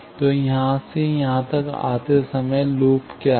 तो यहाँ से यहाँ तक आते समय लूप क्या हैं